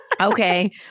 Okay